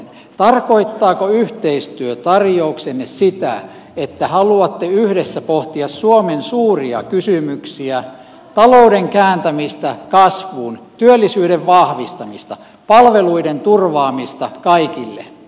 tarkoittaako yhteistyötarjouksenne sitä että haluatte yhdessä pohtia suomen suuria kysymyksiä talouden kääntämistä kasvuun työllisyyden vahvistamista palveluiden turvaamista kaikille